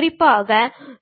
குறிப்பாக